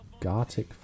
Gartic